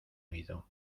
oído